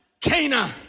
Cana